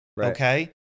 Okay